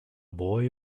boy